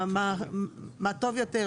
מה טוב יותר?